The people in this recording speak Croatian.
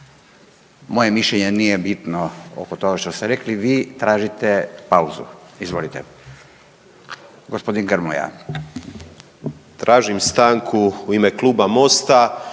moje mišljenje nije bitno oko toga što ste rekli. Vi tražite pauzu, izvolite, gospodin Grmoja. **Grmoja, Nikola